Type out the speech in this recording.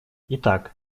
итак